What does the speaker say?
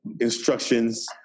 instructions